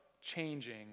changing